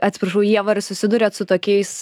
atsiprašau ieva ar susiduriat su tokiais